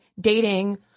dating